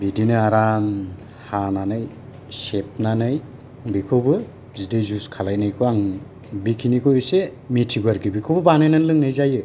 बिदिनो आराम हानानै सेबनानै बिखौबो बिदै जुइस खालामनायखौबो आं बेखिनिखौ एसे मिथिगौ आरोखि आं न'आवबो बानायनानै लोंनाय जायो